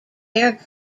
air